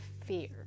fear